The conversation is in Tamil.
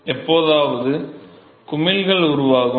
எப்போதாவது குமிழ்கள் உருவாகும்